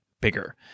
bigger